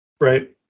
Right